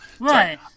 Right